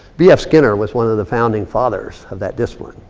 b f. skinner was one of the founding fathers of that discipline.